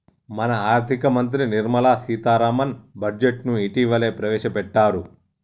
మన ఆర్థిక మంత్రి నిర్మల సీతారామన్ బడ్జెట్ను ఇటీవలనే ప్రవేశపెట్టారు